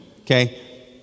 okay